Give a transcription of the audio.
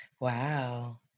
Wow